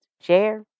share